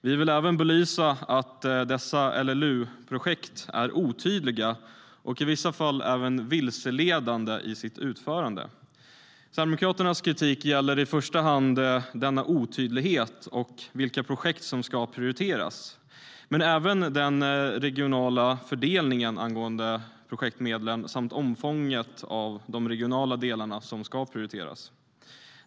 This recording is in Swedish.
Vi vill även belysa att LLU-projekten är otydliga och är i vissa fall även vilseledande i sitt utförande. Sverigedemokraternas kritik gäller i första hand denna otydlighet och vilka projekt som ska prioriteras. Men kritiken gäller även den regionala fördelningen av projektmedlen samt omfånget av de regionala delar som ska prioriteras.